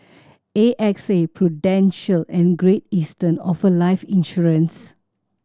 A X A Prudential and Great Eastern offer life insurance